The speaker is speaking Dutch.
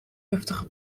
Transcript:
giftige